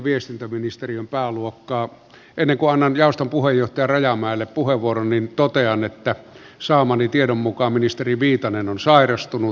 ennen kuin annan jaoston puheenjohtaja rajamäelle puheenvuoron totean että saamani tiedon mukaan ministeri viitanen on sairastunut